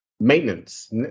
maintenance